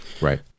Right